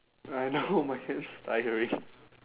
I know my hands tiring